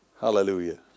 Hallelujah